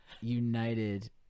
united